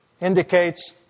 indicates